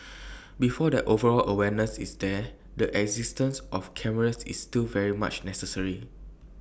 before that overall awareness is there the existence of cameras is still very much necessary